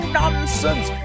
nonsense